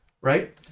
right